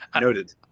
Noted